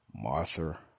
Martha